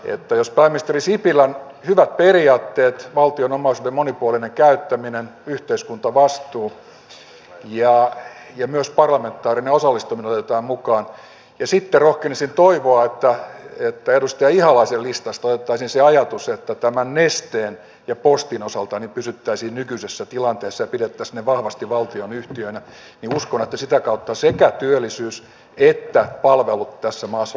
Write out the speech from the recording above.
että jos pääministeri sipilän hyvät periaatteet valtion omaisuuden monipuolinen käyttäminen yhteiskuntavastuu ja myös parlamentaarinen osallistaminen otetaan mukaan ja sitten rohkenisin toivoa edustaja ihalaisen listasta otettaisiin se ajatus että nesteen ja postin osalta pysyttäisiin nykyisessä tilanteessa ja pidettäisiin ne vahvasti valtionyhtiöinä niin uskon että sitä kautta sekä työllisyys että palvelut tässä maassa olisivat paremmassa hoidossa